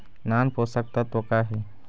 नान पोषकतत्व का हे?